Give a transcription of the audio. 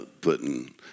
putting